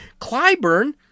Clyburn